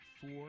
four